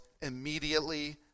immediately